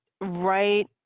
right